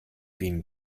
been